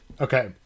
Okay